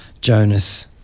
Jonas